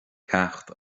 ceacht